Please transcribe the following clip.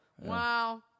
Wow